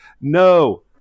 no